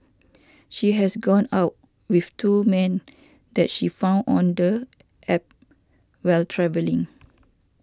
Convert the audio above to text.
she has gone out with two men that she found on the App while travelling